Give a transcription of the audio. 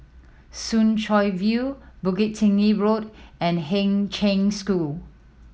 Soon Chow View Bukit Tinggi Road and Kheng Cheng School